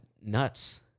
nuts